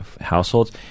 households